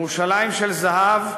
"ירושלים של זהב"